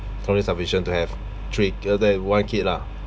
probably sufficient to have three one kid lah